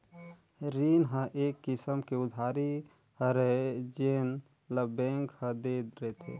रीन ह एक किसम के उधारी हरय जेन ल बेंक ह दे रिथे